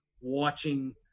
watching